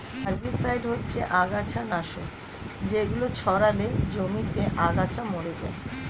herbicide হচ্ছে আগাছানাশক যেগুলো ছড়ালে জমিতে আগাছা মরে যায়